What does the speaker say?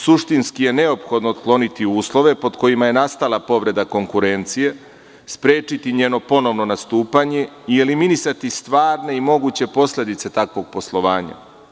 Suštinski je neophodno otkloniti uslove pod kojima je nastala povreda konkurencije, sprečiti njeno ponovno nastupanje i eliminisati stvarne i moguće posledice takvog poslovanja.